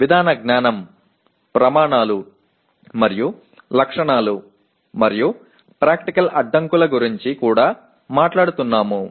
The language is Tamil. கருத்தியல் அறிவு நடைமுறை அறிவு அளவுகோல்கள் மற்றும் விவரக்குறிப்புகள் மற்றும் நடைமுறை தடைகள் பற்றியும் நாங்கள் பேசுகிறோம்